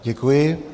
Děkuji.